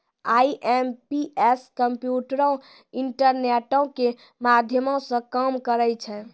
IMPS कम्प्यूटरो, इंटरनेटो के माध्यमो से काम करै छै